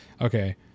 okay